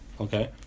Okay